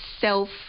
self